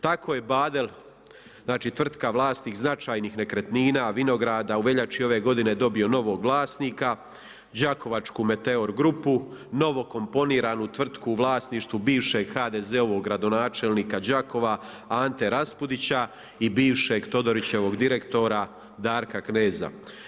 Tako je Badel, znači tvrtka vlasnik značajnih nekretnina, vinograda, u veljači ove godine dobio novog vlasnika, đakovačku Meteor grupu, novokomponiranu tvrtku u vlasništvu bivšeg HDZ-ovog gradonačelnika Đakova Ante Raspudića i bivšeg Todorićevog direktora Darka Kneza.